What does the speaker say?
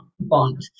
bond